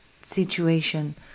situation